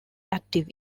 active